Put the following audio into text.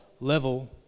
level